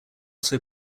also